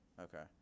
okay